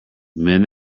mend